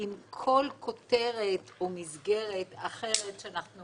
עם כל כותרת או מסגרת אחרת שאנחנו